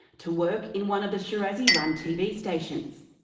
to work in one of the shirazi run tv stations.